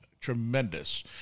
tremendous